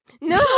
no